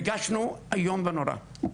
הרגשנו איום ונורא,